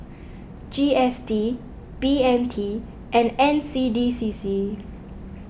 G S T B M T and N C D C C